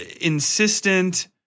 insistent